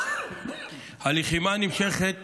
הלחימה הנמשכת